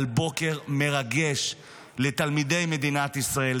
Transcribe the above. על בוקר מרגש לתלמידי מדינת ישראל.